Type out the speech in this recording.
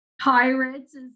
pirates